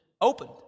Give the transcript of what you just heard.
opened